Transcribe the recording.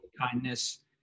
kindness